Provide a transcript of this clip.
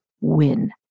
win